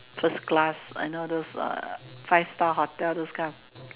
first class I know those uh five star hotel those kind of